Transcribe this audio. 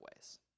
ways